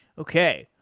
okay.